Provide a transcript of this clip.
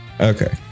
Okay